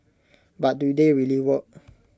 but do they really work